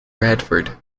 bradford